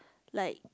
like